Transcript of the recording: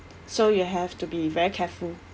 so you have to be very careful